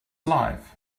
life